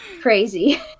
crazy